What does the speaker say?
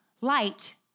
light